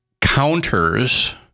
counters